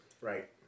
Right